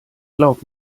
glaub